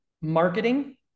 marketing